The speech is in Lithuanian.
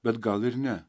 bet gal ir ne